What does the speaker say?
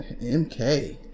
MK